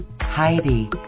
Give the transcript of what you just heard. Heidi